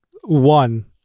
One